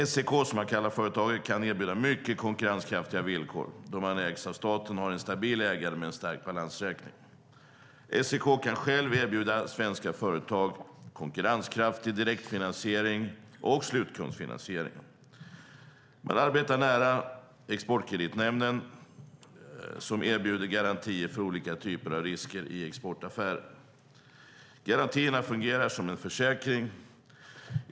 SEK, som företaget kallas, kan erbjuda mycket konkurrenskraftiga villkor då man ägs av staten och har en stabil ägare med en stark balansräkning. SEK kan erbjuda svenska företag konkurrenskraftig direktfinansiering och slutkundsfinansiering. Man arbetar nära Exportkreditnämnden som erbjuder garantier för olika typer av risker i exportaffärer. Garantierna fungerar som en försäkring.